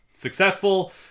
successful